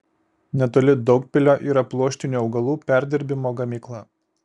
netoli daugpilio yra pluoštinių augalų perdirbimo gamykla